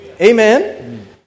Amen